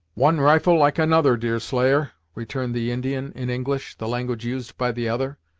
one rifle like another, deerslayer, returned the indian, in english, the language used by the other,